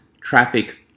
traffic